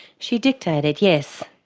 she dictated, yes.